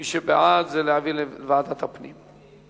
מי שבעד, זה להעביר לוועדת הפנים.